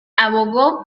abogó